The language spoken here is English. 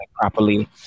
properly